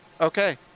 Okay